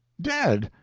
dead!